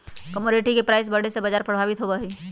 commodity के price बढ़े से बाजार प्रभावित होबा हई